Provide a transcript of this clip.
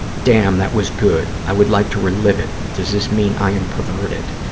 damn, that was good. i would like to relive it. does this mean i am perverted?